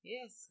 Yes